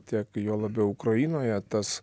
tiek juo labiau ukrainoje tas